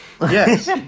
Yes